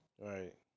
Right